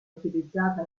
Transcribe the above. utilizzata